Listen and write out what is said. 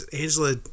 Angela